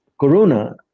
corona